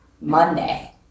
Monday